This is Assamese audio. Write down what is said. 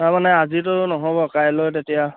তাৰমানে আজিতো নহ'ব কাইলৈ তেতিয়া